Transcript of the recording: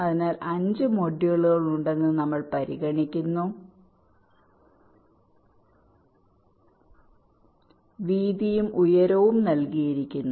അതിനാൽ 5 മൊഡ്യൂളുകൾ ഉണ്ടെന്ന് നമ്മൾ പരിഗണിക്കുന്നു വീതിയും ഉയരവും നൽകിയിരിക്കുന്നു